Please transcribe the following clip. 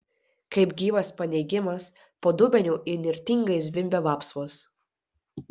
kaip gyvas paneigimas po dubeniu įnirtingai zvimbė vapsvos